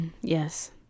Yes